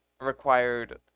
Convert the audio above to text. required